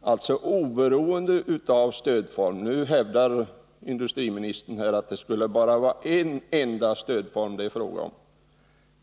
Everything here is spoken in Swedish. använder alltså orden ”oberoende av stödform”. Nu hävdar industriministern här att det bara skulle vara fråga om en enda stödform.